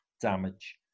damage